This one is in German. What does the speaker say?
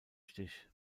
stich